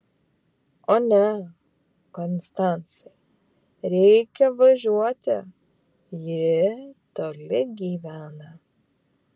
o ne konstancai reikia važiuoti ji toli gyvena